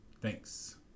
Thanks